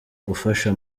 gufasha